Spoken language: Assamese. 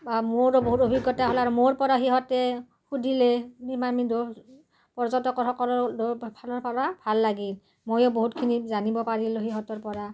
বা মোৰো বহুত অভিজ্ঞতা হ'ল আৰু মোৰ পৰা সিহঁতে সুধিলে পৰ্যটকৰসকলৰ ফালৰ পৰা ভাল লাগিল ময়ো বহুতখিনি জানিব পাৰিলোঁ সিহঁতৰ পৰা